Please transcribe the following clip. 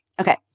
okay